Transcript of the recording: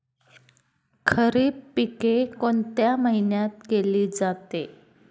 खरीप पिके कोणत्या महिन्यात केली जाते?